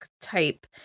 type